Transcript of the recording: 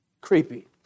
creepy